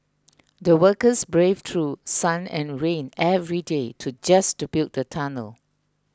the workers braved through sun and rain every day to just to build the tunnel